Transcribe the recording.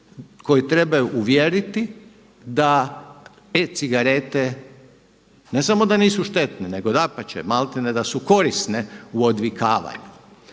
koji trebaju uvjeriti da e-cigarete ne samo da nisu štetne, nego dapače da su korisne u odvikavanju.